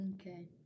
Okay